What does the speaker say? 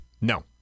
No